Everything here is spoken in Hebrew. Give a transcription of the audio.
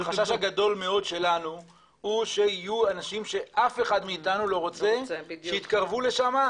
החשש הגדול שלנו הוא שיהיו אנשים שאף אחד מאתנו לא רוצה שיתקרבו לשם,